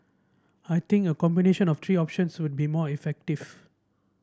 I think a combination of three options would be more effective